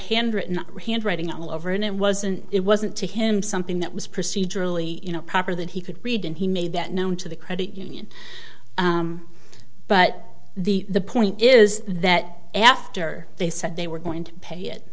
handwritten handwriting all over and it wasn't it wasn't to him something that was procedurally you know proper that he could read and he made that known to the credit union but the point is that after they said they were going to pay it